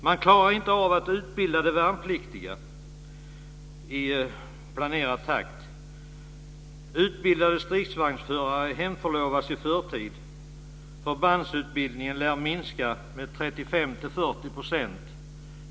Man klarar inte av att utbilda de värnpliktiga i planerad takt. Utbildade stridsvagnsförare hemförlovas i förtid. Förbandsutbildningen lär minska med 35-40 %.